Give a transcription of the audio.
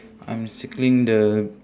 I'm circling the